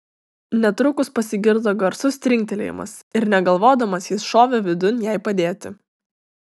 netrukus pasigirdo garsus trinktelėjimas ir negalvodamas jis šovė vidun jai padėti